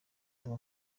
mbuga